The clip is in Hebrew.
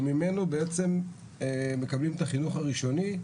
שממנו בעצם מקבלים את החינוך הראשוני,